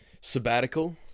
sabbatical